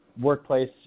workplace